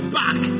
back